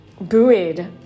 buoyed